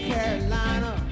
Carolina